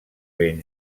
ben